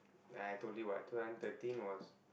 I told you what two thousand thirteen was